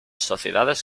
sociedades